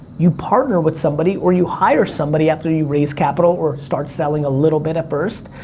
you partner with somebody, or you hire somebody after you raise capital, or start selling a little bit at first.